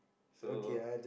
so